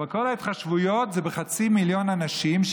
אבל כל ההתחשבויות הן לחצי מיליון אנשים,